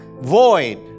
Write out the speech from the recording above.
void